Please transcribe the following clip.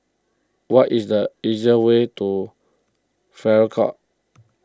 what is the easier way to Farrer Court